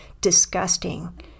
disgusting